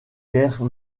guère